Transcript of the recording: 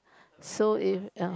so if ya